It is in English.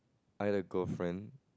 I had a girlfriend